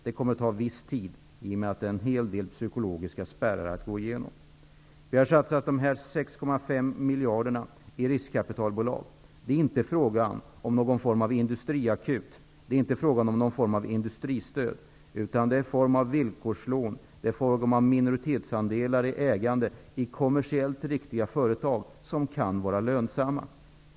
Det kommer att ta viss tid i och med att det finns en hel del psykologiska spärrar att ta sig igenom. Vi har satsat dessa 6,5 miljarder i riskkapitalbolag. Det är inte fråga om någon form av industriakut. Det är inte fråga om någon form av industristöd, utan det är en form av villkorslån. Det är fråga om minoritetsandelar i ägande av kommersiellt riktiga företag, som kan vara lönsamma.